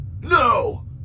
No